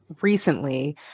recently